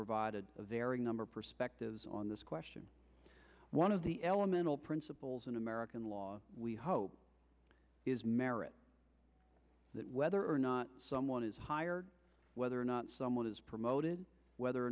provided a varying number of perspectives on this question one of the elemental principles in american law we hope is merit that whether or not and is hired whether or not someone is promoted whether or